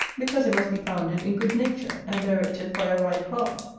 because it must be founded in good nature, and directed by a right heart.